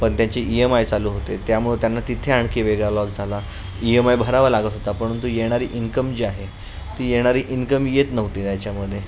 पण त्यांची E M I चालू होते त्यामुळं त्यांना तिथे आणखी वेगळा लॉस झाला ई एम आय भरावा लागत होता परंतु येणारी इन्कम जी आहे ती येणारी इन्कम येत नव्हती त्याच्यामध्ये